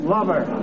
Lover